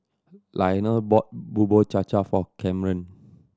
Lionel bought Bubur Cha Cha for Camren